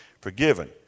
forgiven